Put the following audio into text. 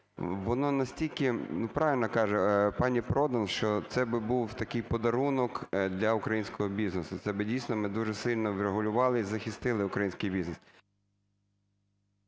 воно настільки… Ну, правильно каже пані Продан, що це би був твій подарунок для українського бізнесу, це би дійсно ми дуже сильно врегулювали і захистили український бізнес.